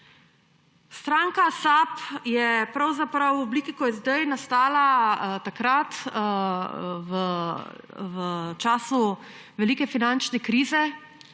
Stranka SAB je pravzaprav v obliki, kot je zdaj, nastala v času velike finančne krize,